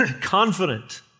confident